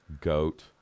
goat